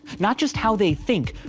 not just how they think,